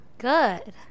good